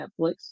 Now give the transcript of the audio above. Netflix